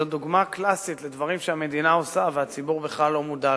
זו דוגמה קלאסית לדברים שהמדינה עושה והציבור בכלל לא מודע להם.